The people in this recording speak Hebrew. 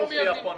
מה לגבי התחילה?